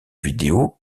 vidéo